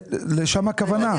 לשם הכוונה.